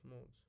modes